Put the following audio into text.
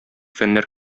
фәннәр